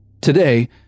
Today